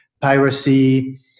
piracy